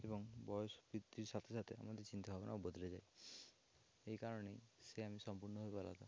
এবং বয়স বৃদ্ধির সাথে সাথে আমাদের চিন্তা ভাবনাও বদলে যায় এই কারণেই সে আমি সম্পূর্ণভাবে আলাদা